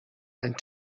and